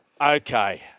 Okay